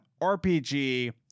rpg